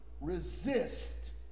resist